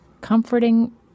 comforting